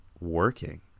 working